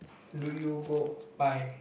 do you go buy